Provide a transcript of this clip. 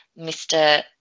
Mr